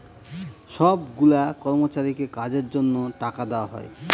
সব গুলা কর্মচারীকে কাজের জন্য টাকা দেওয়া হয়